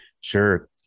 Sure